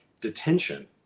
detention